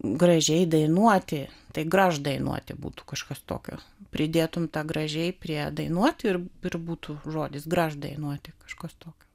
gražiai dainuoti tai graždainuoti būtų kažkas tokio pridėtum tą gražiai prie dainuoti ir ir būtų žodis graždainuoti kažkas tokio